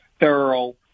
thorough